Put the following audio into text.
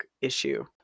issue